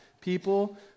People